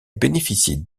bénéficiait